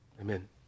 Amen